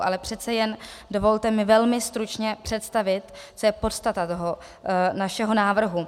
Ale přece jen mi dovolte velmi stručně představit, co je podstatou toho našeho návrhu.